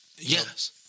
Yes